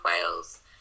Wales